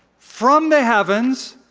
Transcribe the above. from the heavens,